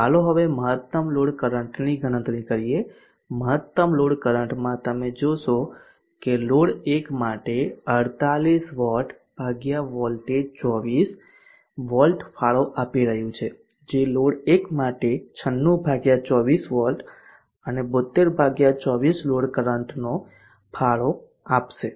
ચાલો હવે મહત્તમ લોડ કરંટની ગણતરી કરીએ મહત્તમ લોડ કરંટમાં તમે જોશો કે લોડ 1 માટે ૪૮ વોટ ભાગ્યા વોલ્ટેજ 24 વોલ્ટ ફાળો આપી રહ્યું છે જે લોડ 1માટે 9624 વોલ્ટ અને 72 24 લોડ કરંટનો ફાળો આપશે